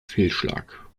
fehlschlag